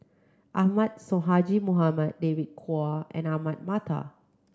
Ahmad Sonhadji Mohamad David Kwo and Ahmad Mattar